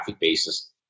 basis